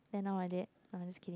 then now like that I'm just kidding